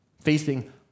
facing